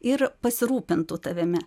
ir pasirūpintų tavimi